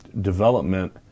development